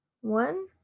one